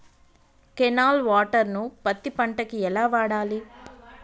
Canal water ను పత్తి పంట కి ఎలా వాడాలి?